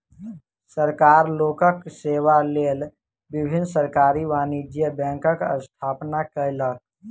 सरकार लोकक सेवा लेल विभिन्न सरकारी वाणिज्य बैंकक स्थापना केलक